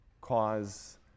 cause